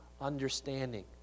understanding